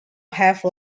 have